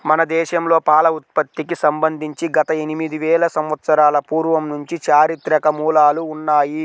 మన దేశంలో పాల ఉత్పత్తికి సంబంధించి గత ఎనిమిది వేల సంవత్సరాల పూర్వం నుంచి చారిత్రక మూలాలు ఉన్నాయి